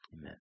Amen